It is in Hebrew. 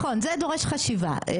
נכון, זה דורש חשיבה.